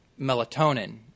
melatonin